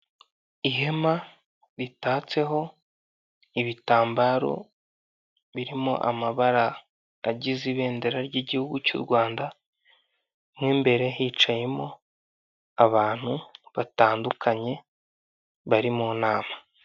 Ihema ritatseho ibitambaro birimo amabara agize iberendera ry'igihugu cy'u Rwanda, mo imbere hicayemo abantu batandunkanye bari mu nama.